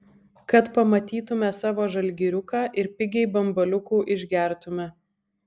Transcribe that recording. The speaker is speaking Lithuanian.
kad pamatytume savo žalgiriuką ir pigiai bambaliukų išgertume